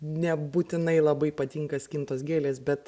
nebūtinai labai patinka skintos gėlės bet